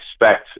expect